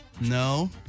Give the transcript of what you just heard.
No